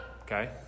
okay